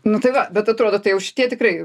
nu tai va bet atrodo tai jau šitie tikrai